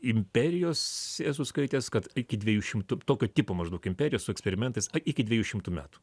imperijos esu skaitęs kad iki dviejų šimtų tokio tipo maždaug imperijos su eksperimentais iki dviejų šimtų metų